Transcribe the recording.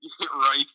Right